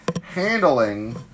handling